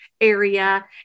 area